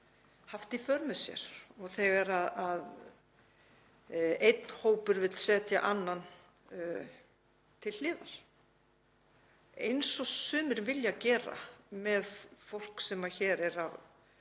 haft í för með sér þegar einn hópur vill setja annan til hliðar, eins og sumir vilja gera með fólk sem hér er og